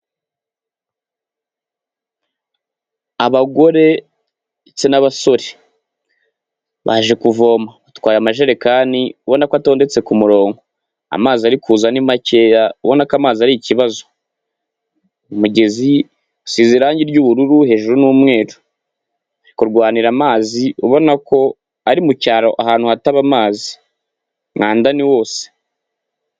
Abagore ndetse n'abasore . Baje kuvoma. Batwaye amajerekani ubona ko atondetse ku murongo . Amazi ari kuza ni makeya ubona ko amazi ari ikibazo, umugezi usize irangi ry'ubururu hejuru n'umweru . Bari kurwanira amazi ubona ko ari mu cyaro ahantu hataba amazi. Umwanda ni wose.